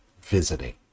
visiting